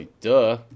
duh